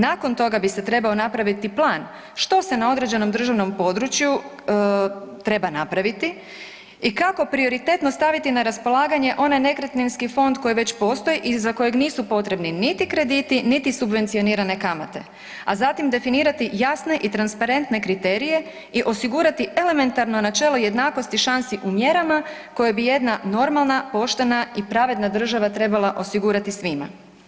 Nakon toga bi se trebao napraviti plan što se na određenom državnom području treba napraviti i kako prioritetno staviti na raspolaganje onaj nekretninski fond koji već postoji i za kojeg nisu potrebni niti krediti niti subvencionirane kamate, a zatim definirati jasne i transparentne kriterije i osigurati elementarno načelo jednakosti šansi u mjerama koje bi jedna normalna, poštena i pravedna država trebala osigurati svima.